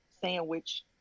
sandwich